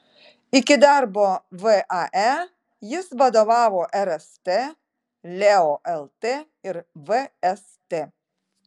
iki darbo vae jis vadovavo rst leo lt ir vst